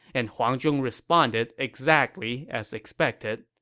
and huang zhong responded exactly as expected